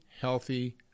healthy